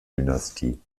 dynastie